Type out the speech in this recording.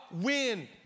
Win